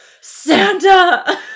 Santa